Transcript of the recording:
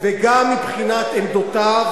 וגם מבחינת עמדותיו,